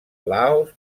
laos